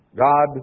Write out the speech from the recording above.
God